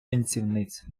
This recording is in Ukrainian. танцівниць